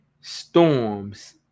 storms